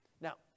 Now